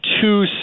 two